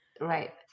right